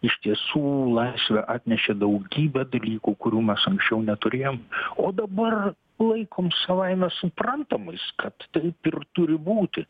iš tiesų laisvė atnešė daugybę dalykų kurių mes anksčiau neturėjom o dabar laikom savaime suprantamais kad taip ir turi būti